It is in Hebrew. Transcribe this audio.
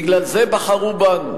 בגלל זה בחרו בנו.